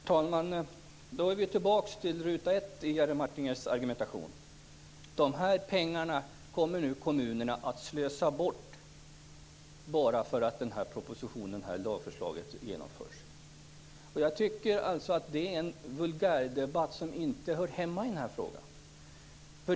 Herr talman! Vi är nu tillbaka vid ruta 1 i Jerry Martingers argumentation: Kommunerna kommer att slösa bort dessa pengar, om det här lagförslaget genomförs. Jag tycker att det är en vulgärdebatt som inte hör hemma i den här frågan.